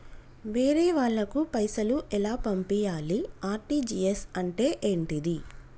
వేరే వాళ్ళకు పైసలు ఎలా పంపియ్యాలి? ఆర్.టి.జి.ఎస్ అంటే ఏంటిది?